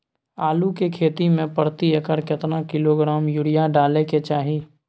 आलू के खेती में प्रति एकर केतना किलोग्राम यूरिया डालय के चाही?